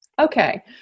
Okay